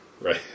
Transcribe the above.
Right